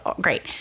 great